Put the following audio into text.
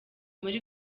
muri